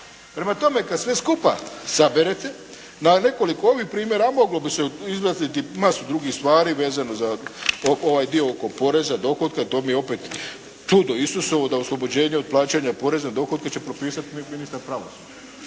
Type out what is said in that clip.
Prema tome, kad sve skupa saberete na nekoliko ovih primjera, moglo bi se izlaziti masu drugih stvari vezano za ovaj dio oko poreza dohotka, to mi je opet "čudo Isusovo" da oslobođenje od plaćanja poreza na dohodak će propisati ministar pravosuđa.